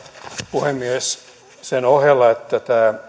puhemies sen ohella että